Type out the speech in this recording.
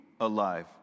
alive